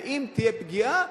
ואם תהיה פגיעה,